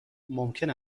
ممکن